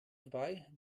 vorbei